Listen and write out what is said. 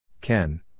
Ken